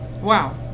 wow